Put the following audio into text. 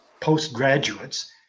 postgraduates